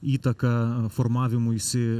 įtaką formavimuisi